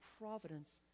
providence